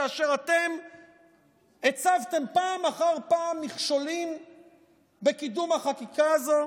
כאשר אתם הצבתם פעם אחר פעם מכשולים לקידום החקיקה הזו.